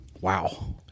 Wow